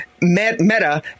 meta